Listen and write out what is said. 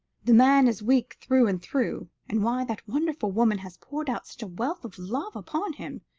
the man is weak through and through, and why that wonderful woman has poured out such a wealth of love upon him,